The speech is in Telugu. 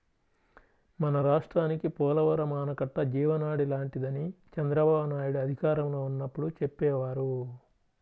మన రాష్ట్రానికి పోలవరం ఆనకట్ట జీవనాడి లాంటిదని చంద్రబాబునాయుడు అధికారంలో ఉన్నప్పుడు చెప్పేవారు